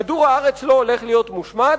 כדור-הארץ לא הולך להיות מושמד,